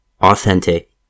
Authentic